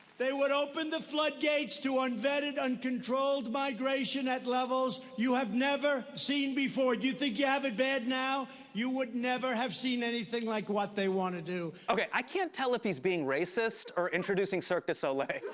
they would open the floodgates to unvetted, uncontrolled migration at levels you have never seen before. you think you have it bad now? you would never have seen anything like what they want to do. okay, i can't tell if he's being racist or introducing cirque du soleil.